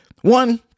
one